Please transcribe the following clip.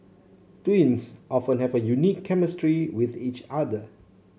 twins often have a unique chemistry with each other